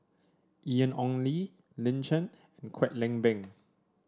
Ian Ong Li Lin Chen Kwek Leng Beng